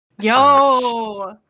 Yo